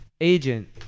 agent